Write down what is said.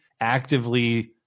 actively